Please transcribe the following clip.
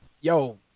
Yo